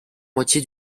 moitié